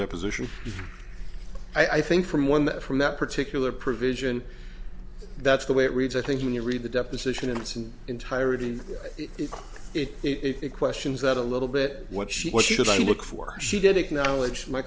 deposition i think from one that from that particular provision that's the way it reads i think when you read the deposition and it's an entirety if it questions that a little bit what she what should i look for she did acknowledge my